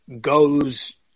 goes